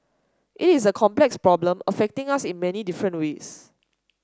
it is a complex problem affecting us in many different ways